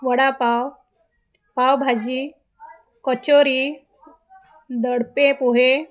vada pav pav bhaji kachori dadpe पोहे